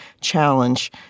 challenge